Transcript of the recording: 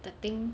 the thing